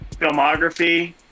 filmography